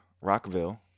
Rockville